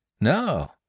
No